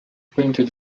painted